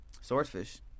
Swordfish